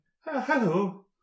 Hello